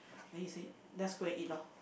then he say let's go and eat loh